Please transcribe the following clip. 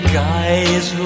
guys